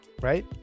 right